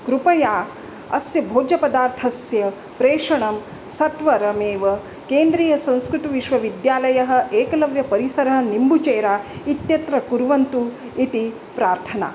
कृपया अस्य भोज्यपदार्थस्य प्रेषणं सत्वरमेव केन्द्रीयसंस्कृतविश्वविद्यालयः एकलव्यपरिसरः निम्बुचेरा इत्यत्र कुर्वन्तु इति प्रार्थना